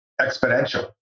exponential